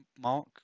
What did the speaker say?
mark